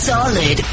Solid